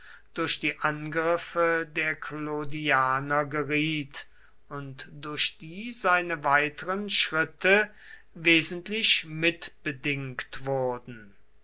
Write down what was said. durch die angriffe der clodianer geriet und durch die seine weiteren schritte wesentlich mitbedingt wurden